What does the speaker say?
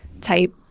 type